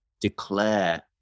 declare